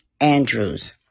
Andrews